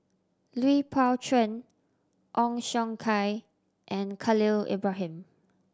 Lui Pao Chuen Ong Siong Kai and Khalil Ibrahim